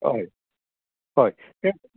हय हय तेच